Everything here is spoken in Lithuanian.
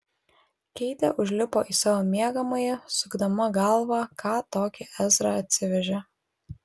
keitė užlipo į savo miegamąjį sukdama galvą ką tokį ezra atsivežė